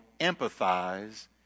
empathize